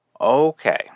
Okay